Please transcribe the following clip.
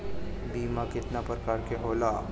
बीमा केतना प्रकार के होला?